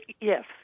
yes